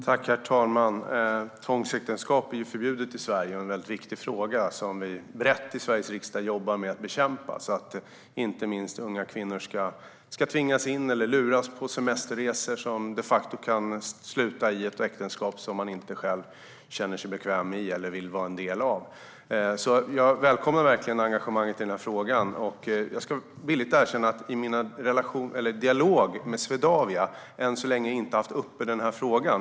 Herr talman! Tvångsäktenskap är förbjudet i Sverige. Det är en viktig fråga som Sveriges riksdag jobbar brett med att bekämpa. Inte minst unga kvinnor ska inte tvingas eller luras att följa med på semesterresor som de facto kan sluta i ett äktenskap som man inte känner sig bekväm med eller vill vara en del av. Jag välkomnar verkligen engagemanget i frågan. Jag ska villigt erkänna att den här frågan inte har varit uppe i mina dialoger med Swedavia, än så länge.